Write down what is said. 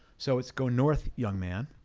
so it's go north, young man,